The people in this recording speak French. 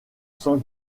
sans